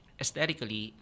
aesthetically